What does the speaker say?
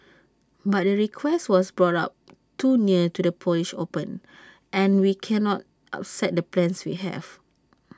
but the request was brought up too near to the polish open and we cannot upset the plans we have